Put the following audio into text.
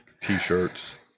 t-shirts